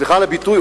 סליחה על הביטוי,